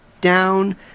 down